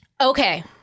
okay